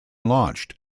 launched